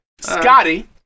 Scotty